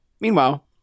Meanwhile